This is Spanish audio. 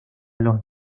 los